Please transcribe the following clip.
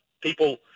people